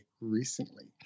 recently